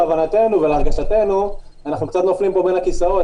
להבנתנו ולהרגשתנו אנחנו קצת נופלים פה בין הכיסאות,